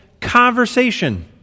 conversation